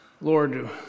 Lord